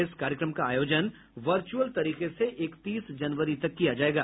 इस कार्यक्रम का आयोजन वर्चुअल तरीके से इकतीस जनवरी तक किया जाएगा